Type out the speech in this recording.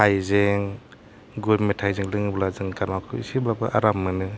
हायजें गुर मेथाइजों लोङोब्ला जों गारमाखौ एसेबाबो आराम मोनो